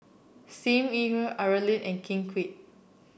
Sim Yi Hui Aaron Lee and Ken Kwek